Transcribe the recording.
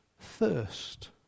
thirst